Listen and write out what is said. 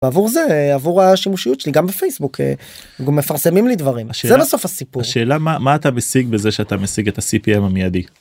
עבור זה עבור השימושיות שלי גם בפייסבוק מפרסמים לי דברים שזה בסוף הסיפור שאלה מה אתה משיג בזה שאתה משיג את הסיפים המיידי.